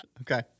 Okay